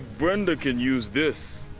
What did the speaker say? brenda can use this